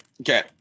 Okay